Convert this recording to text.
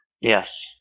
Yes